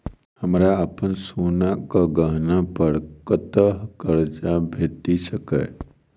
हमरा अप्पन सोनाक गहना पड़ कतऽ करजा भेटि सकैये?